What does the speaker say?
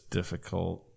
difficult